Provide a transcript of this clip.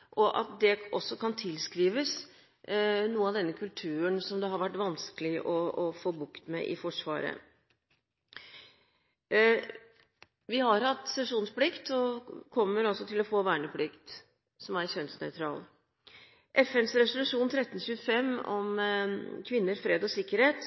– det gjelder også befal – og at det kan tilskrives noe av denne kulturen som det har vært vanskelig å få bukt med i Forsvaret. Vi har hatt sesjonsplikt og kommer også til å få verneplikt som er kjønnsnøytral. FNs resolusjon 1325, om kvinner, fred og sikkerhet,